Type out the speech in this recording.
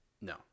No